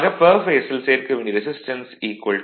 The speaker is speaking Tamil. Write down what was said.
ஆக பெர் பேஸில் சேர்க்க வேண்டிய ரெசிஸ்டன்ஸ் 0